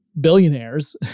billionaires